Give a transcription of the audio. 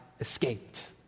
escaped